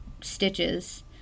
stitches